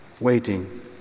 Waiting